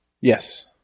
Yes